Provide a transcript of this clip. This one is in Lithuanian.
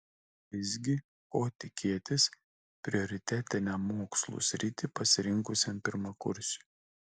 visgi ko tikėtis prioritetinę mokslų sritį pasirinkusiam pirmakursiui